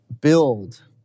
build